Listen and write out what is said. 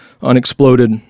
unexploded